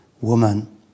woman